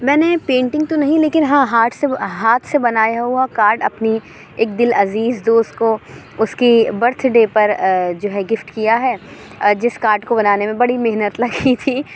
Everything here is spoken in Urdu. میں نے پینٹنگ تو نہیں لیکن ہاں ہاٹ سے ہاتھ سے بنائے ہُوا کارڈ اپنی ایک دِل عزیز دوست کو اُس کی برتھ ڈے پر جو ہے گفٹ کیا ہے جس کارڈ کو بنانے میں بڑی محنت لگی تھی